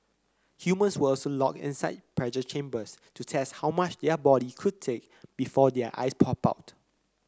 humans were also locked inside pressure chambers to test how much the body could take before their eyes popped out